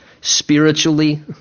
spiritually